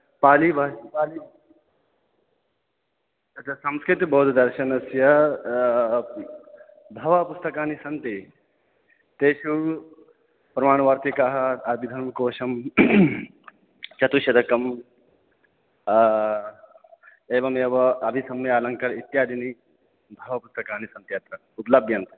पालि भा पालि अच्छा संस्कृतबौद्धदर्शनस्य बहवः पुस्तकानि सन्ति तेषु प्रमाणवार्तिकाः आधिगम्यकोशः चतुश्शतकम् एवमेव अभिसमयालङ्कारः इत्यादीनि बहवः पुस्तकानि सन्ति अत्र उपलभ्यन्ते